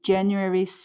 January